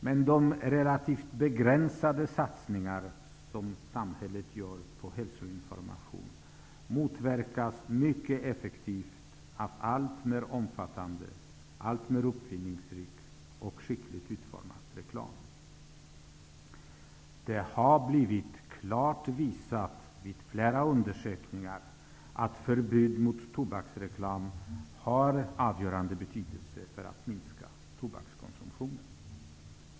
Men de relativt begränsade satsningar som samhället gör på hälsoinformation motverkas mycket effektivt av en alltmer omfattande, uppfinningsrik och skickligt utformad reklam. Flera undersökningar har klart visat att förbud mot tobaksreklam har avgörande betydelse för en minskad tobakskonsumtion.